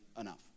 enough